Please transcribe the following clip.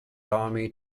army